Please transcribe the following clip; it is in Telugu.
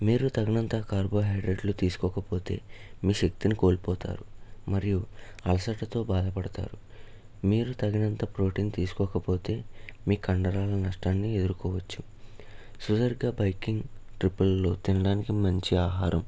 మీరు తగినంత కార్బోహైడ్రేట్లు తీసుకోకపోతే మీ శక్తిని కోల్పోతారు మరియు అలసటతో బాధపడతారు మీరు తగినంత ప్రోటీన్ తీసుకోకపోతే మీ కండరాల నష్టాన్ని ఎదురుకోవచ్చు సుదీర్ఘ బైకింగ్ ట్రిపుల్లో తినడానికి మంచి ఆహారం